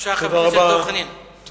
חבר הכנסת דב חנין, בבקשה.